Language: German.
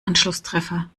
anschlusstreffer